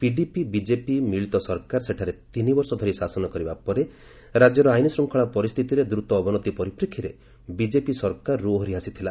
PDP BJP ମିଳିତ ସରକାର ସେଠାରେ ତିନିବର୍ଷ ଧରି ଶାସନ କରିବା ପରେ ରାଜ୍ୟର ଆଇନ୍ ଶୃଙ୍ଖଳା ପରିସ୍ଥିତିର ଦୃତ ଅବନତି ପରିପ୍ରେକ୍ଷୀରେ ବିଜେପି ସରକାରରୁ ଓହରି ଆସିଥିଲା